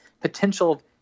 potential